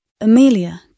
Amelia